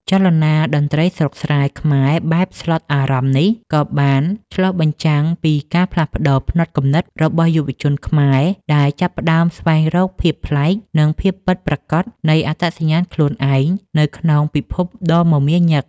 ចលនា តន្ត្រីស្រុកស្រែខ្មែរបែបស្លុតអារម្មណ៍នេះ ក៏បានឆ្លុះបញ្ចាំងពីការផ្លាស់ប្តូរផ្នត់គំនិតរបស់យុវជនខ្មែរ ដែលចាប់ផ្តើមស្វែងរកភាពប្លែក និងភាពពិតប្រាកដនៃអត្តសញ្ញាណខ្លួនឯងនៅក្នុងពិភពលោកដ៏មមាញឹក។